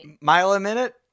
Mile-a-minute